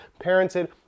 parented